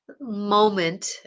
moment